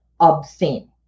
obscene